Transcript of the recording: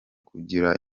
kugira